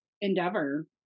endeavor